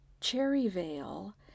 Cherryvale